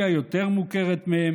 שהיא היותר מוכרת מהם,